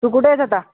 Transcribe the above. तू कुठे आहेस आता